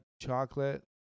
Chocolate